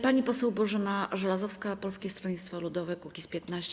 Pani poseł Bożena Żelazowska, Polskie Stronnictwo Ludowe - Kukiz15.